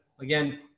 again